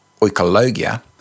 oikologia